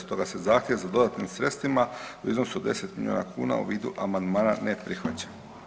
Stoga se zahtjev za dodatnim sredstvima u iznosu od 10 milijuna kuna u vidu amandmana ne prihvaća.